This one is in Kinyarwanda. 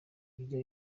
bijya